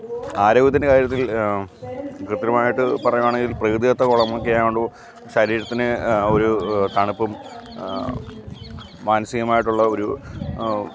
ആരോഗ്യത്തിൻ്റെ കാര്യത്തിൽ കൃത്യമായിട്ട് പറയുവാണെങ്കിൽ പ്രകൃതിദത്ത കുളങ്ങളൊക്കെ ശരീരത്തിന് ഒരു തണുപ്പും മാനസികമായിട്ടുള്ള ഒരു